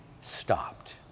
stopped